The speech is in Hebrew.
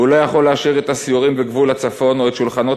הוא לא יכול להשאיר את הסיורים בגבול הצפון או את שולחנות